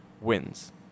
wins